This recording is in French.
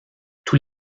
tous